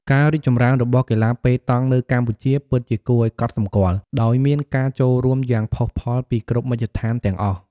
ការរីកចម្រើនរបស់កីឡាប៉េតង់នៅកម្ពុជាពិតជាគួរឱ្យកត់សម្គាល់ ដោយមានការចូលរួមយ៉ាងផុសផុលពីគ្រប់មជ្ឈដ្ឋានទាំងអស់។